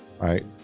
Right